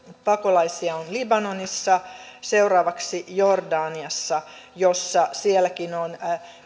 pakolaisia on libanonissa seuraavaksi jordaniassa jossa sielläkin on